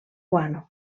guano